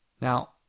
Now